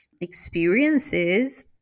experiences